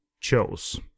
chose